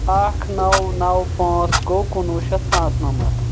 اکھ نونو پانٛژھ گوٚو کُنہٕ وُہ شَتھ پانٛژھ نَمَتھ